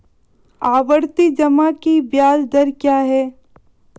आवर्ती जमा की ब्याज दर क्या है?